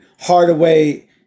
Hardaway